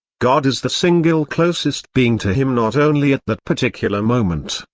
god is the single closest being to him not only at that particular moment,